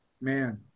man